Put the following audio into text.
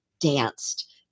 danced